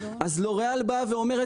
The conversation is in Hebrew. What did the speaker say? לוריאל באה ואומרת,